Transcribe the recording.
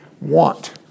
want